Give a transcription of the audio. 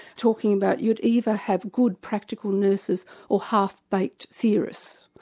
talking about you'd either have good practical nurses or half-baked theorists.